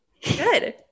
Good